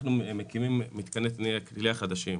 אנחנו מקימים מתקני כליאה חדשים,